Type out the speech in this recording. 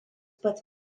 pat